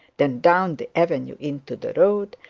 then down the avenue into the road,